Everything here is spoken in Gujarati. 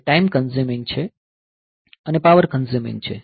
તે ટાઈમ કઞ્ઝ્યુમિંગ છે અને પાવર કઞ્ઝ્યુમિંગ છે